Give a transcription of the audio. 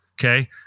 okay